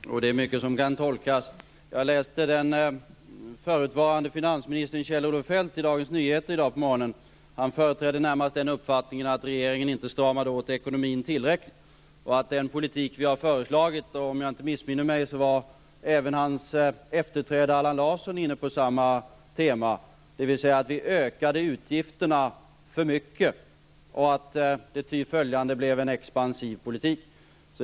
Fru talman! Det är mycket som kan tolkas. Jag läste den förutvarande finansministern Kjell-Olof Feldt i Dagens Nyheter i dag på morgonen. Han företräder närmast den uppfattningen att regeringen inte stramade åt ekonomin tillräckligt. Om jag inte missminner mig var även hans efterträdare Allan Larsson inne på samma tema. Man menar att den politik som vi har fört ökar utgifterna för mycket, och att det ty följande blev en expansiv politik.